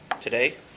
today